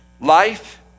Life